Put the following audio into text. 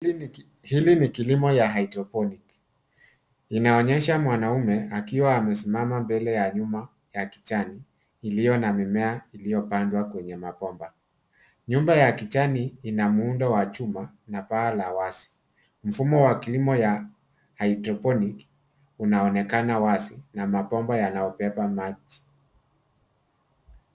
Hili ni kilimo ya hydroponic . Inaonyesha mwanaume akiwa amesimama mbele ya nyumba ya kijani iliyo na mimea iliyopandwa kwenye mabomba. Nyumba ya kijani ina muundo wa chuma na paa la wazi. Mfumo wa kilimo ya hydroponic unaonekana wazi na mabomba yanayobeba maji.